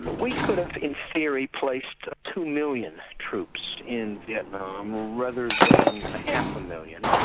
we could have in theory placed two million troops in vietnam rather than ah half a million,